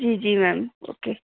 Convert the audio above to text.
जी जी ma'am okay